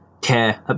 care